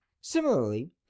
Similarly